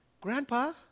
Grandpa